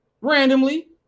randomly